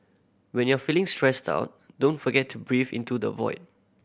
when you are feeling stressed out don't forget to breathe into the void